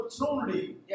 opportunity